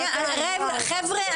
חבר'ה,